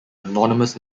anonymous